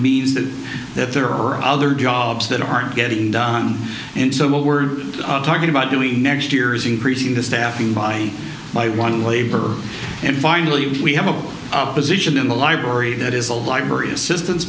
means that there are other jobs that are getting done and so what we're talking about doing next year is increasing the staffing by by one labor and finally we have a position in the library that is a library assistance